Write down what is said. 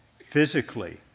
physically